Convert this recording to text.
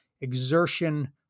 Exertion